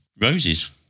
roses